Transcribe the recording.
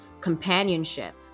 companionship